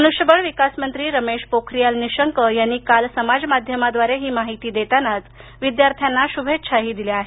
मनुष्यबळ विकास मंत्री रमेश पोखरीयाल निशंक यांनी काल समाजमाध्यमाद्वारे ही माहिती देतानाच विद्यार्थ्यांना शुभेच्छाही दिल्या आहेत